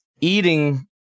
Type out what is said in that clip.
eating